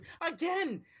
again